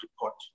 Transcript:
report